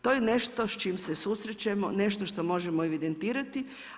To je nešto s čime se susrećemo, nešto što možemo evidentirati.